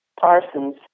Parsons